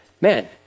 man